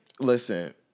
Listen